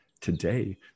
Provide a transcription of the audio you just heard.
today